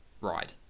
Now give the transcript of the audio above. ride